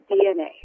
DNA